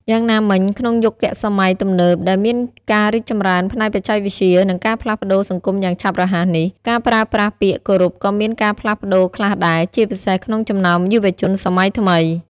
យ៉ាងណាមិញ ក្នុងយុគសម័យទំនើបដែលមានការរីកចម្រើនផ្នែកបច្ចេកវិទ្យា និងការផ្លាស់ប្ដូរសង្គមយ៉ាងឆាប់រហ័សនេះ ការប្រើប្រាស់ពាក្យគោរពក៏មានការផ្លាស់ប្ដូរខ្លះដែរ ជាពិសេសក្នុងចំណោមយុវជនសម័យថ្មី។